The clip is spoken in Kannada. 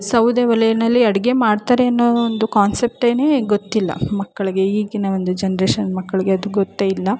ಸೌದೆ ಒಲೆಯಲ್ಲಿ ಅಡುಗೆ ಮಾಡ್ತಾರೆ ಅನ್ನೋ ಒಂದು ಕಾನ್ಸೆಪ್ಟೇ ಗೊತ್ತಿಲ್ಲ ಮಕ್ಕಳಿಗೆ ಈಗಿನ ಒಂದು ಜನ್ರೇಷನ್ ಮಕ್ಕಳಿಗೆ ಅದು ಗೊತ್ತೇ ಇಲ್ಲ